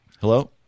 Hello